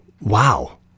Wow